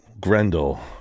Grendel